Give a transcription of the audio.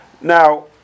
Now